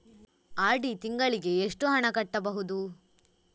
RD ತಿಂಗಳಿಗೆ ಎಷ್ಟು ಹಣ ಕಟ್ಟಬಹುದು?